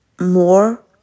more